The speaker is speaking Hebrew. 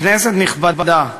כנסת נכבדה,